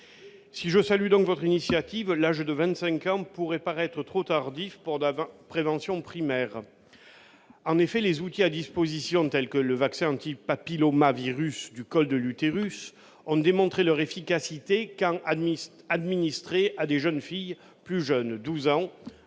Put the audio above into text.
si je salue donc votre initiative, l'âge de 25 ans pourrait paraître trop tardif pour Dave en prévention primaire, en effet, les outils à disposition de tels que le vaccin anti-papillomavirus du col de l'utérus en démontré leur efficacité, car à administré à des jeunes filles plus jeunes 12 ans